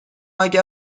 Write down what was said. اگر